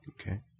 okay